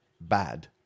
bad